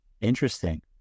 Interesting